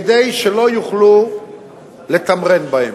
כדי שלא יוכלו לתמרן בהם.